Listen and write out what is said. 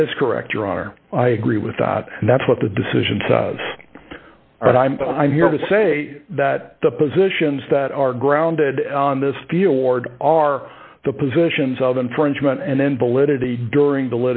that is correct your honor i agree with that and that's what the decisions are and i'm i'm here to say that the positions that are grounded on this deal ward are the positions of infringement and then validity during the